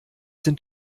sind